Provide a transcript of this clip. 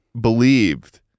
believed